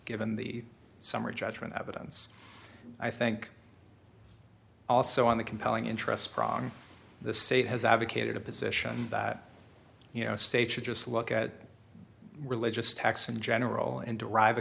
given the summary judgment evidence i think also on the compelling interest prong the sate has advocated a position that you know states should just look at religious texts in general and derive a